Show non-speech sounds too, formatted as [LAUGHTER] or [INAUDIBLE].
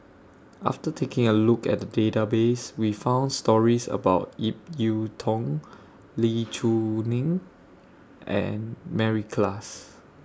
after taking A Look At The Database We found stories about Ip Yiu [UNINTELLIGIBLE] Lee Choo [UNINTELLIGIBLE] and Mary Klass